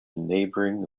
neighboring